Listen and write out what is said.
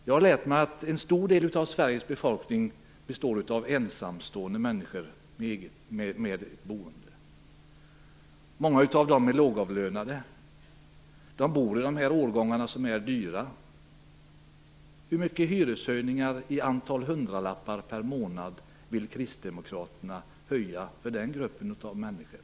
Jag har lärt mig att en stor del av Sveriges befolkning består av ensamstående människor med eget boende. Många av dem är lågavlönade. De bor i de årgångar hus som är dyra. Hur stora hyreshöjningar, i antal hundralappar per månad, vill Kristdemokraterna ge den gruppen människor?